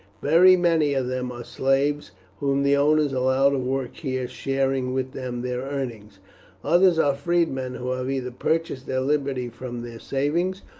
very many of them are slaves whom the owners allow to work here, sharing with them their earnings others are freedmen who have either purchased their liberty from their savings,